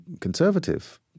conservative